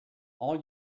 all